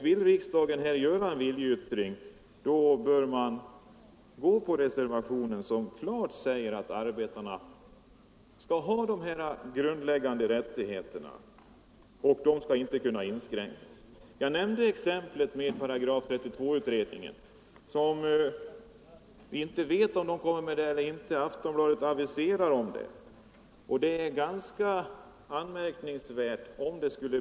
Vill riksdagen göra en viljeyttring bör vi gå på reservationen, som klart säger ifrån att arbetarna skall ha dessa grundläggande rättigheter och att dessa rättigheter inte skall kunna inskränkas. Jag nämnde exemplet med § 32-utredningen, som inte vet om den kommer med något förslag i den här riktningen eller inte. Aftonbladet aviserar det, men det vore ganska anmärkningsvärt om det blev så.